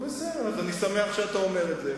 אני שמח שאתה אומר את זה.